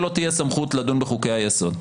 שלא תהיה סמכות לדון בחוקי היסוד.